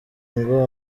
ngo